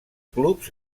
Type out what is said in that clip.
clubs